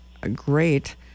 great